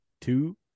two